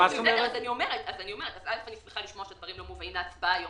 אני שמחה לשמוע שהדברים לא מובאים להצבעה היום.